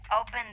open